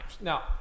Now